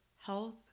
health